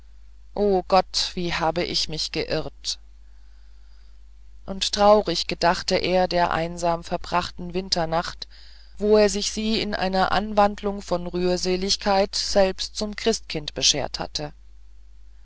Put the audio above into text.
o gott wie habe ich mich geirrt und traurig gedachte er der einsam verbrachten winternacht wo er sich sie in einer anwandlung von rührseligkeit selber zum christkind beschert hatte